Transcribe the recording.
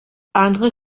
andere